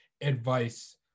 advice